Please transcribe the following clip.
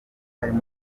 arimo